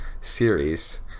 series